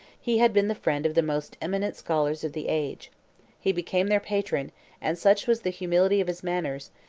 he had been the friend of the most eminent scholars of the age he became their patron and such was the humility of his manners,